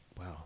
Wow